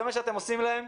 זה מה שאתם עושים להם,